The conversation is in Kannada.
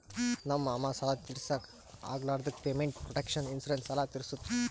ನಮ್ ಮಾಮಾ ಸಾಲ ತಿರ್ಸ್ಲಕ್ ಆಗ್ಲಾರ್ದುಕ್ ಪೇಮೆಂಟ್ ಪ್ರೊಟೆಕ್ಷನ್ ಇನ್ಸೂರೆನ್ಸ್ ಸಾಲ ತಿರ್ಸುತ್